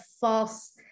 false